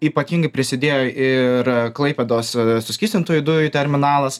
ypatingai prisidėjo ir klaipėdos suskystintųjų dujų terminalas